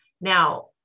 Now